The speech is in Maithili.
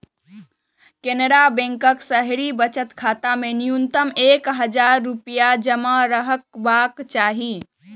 केनरा बैंकक शहरी बचत खाता मे न्यूनतम एक हजार रुपैया जमा रहबाक चाही